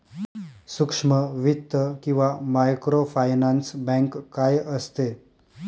सूक्ष्म वित्त किंवा मायक्रोफायनान्स बँक काय असते?